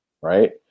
right